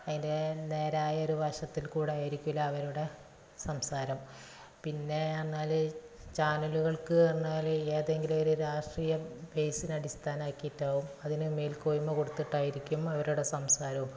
അതിൻ്റെ നേരായ ഒരു വശത്തിൽ കൂടി ആയിരിക്കില്ല അവരുടെ സംസാരം പിന്നെ എന്നാൽ ചാനലുകൾക്ക് പറഞ്ഞാൽ എതെങ്കിലുമൊരു രാഷ്ട്രീയ ബേയ്സിനെ അടിസ്ഥാനമാക്കിയിട്ടാവും അതിന് മേൽക്കോയ്മ കൊടുത്തിട്ടായിരിക്കും അവരുടെ സംസാരവും